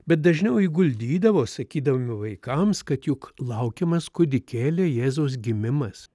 bet dažniau jį guldydavo sakydami vaikams kad juk laukiamas kūdikėlio jėzaus gimimas